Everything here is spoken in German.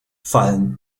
fallen